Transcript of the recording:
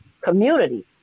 community